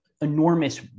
enormous